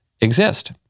exist